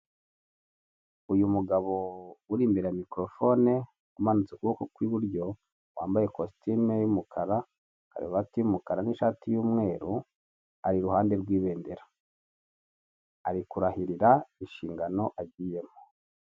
Uyu mugabo uri imbere ya mikorofone, umanitse ukuboko kw'iburyo, wambaye kositime y'umukara, karuvati y'umukara, n'ishati y'umweru, ari iruhande rw'ibendera. Ari kurahirira inshingano agiyemo.